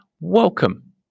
welcome